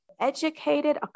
educated